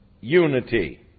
unity